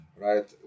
right